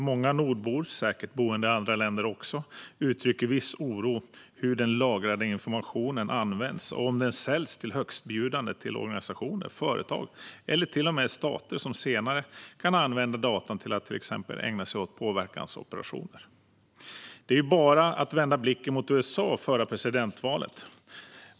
Många nordbor, och säkert också boende i andra länder, uttrycker viss oro över hur den lagrade informationen används och om den säljs till högstbjudande - till organisationer, företag eller till och med stater, som senare kan använda dessa data till att till exempel ägna sig åt påverkansoperationer. Det är ju bara att vända blicken mot USA och det förra presidentvalet.